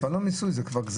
זה לא מיסוי, זה גזירה.